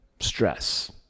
stress